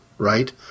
right